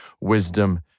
wisdom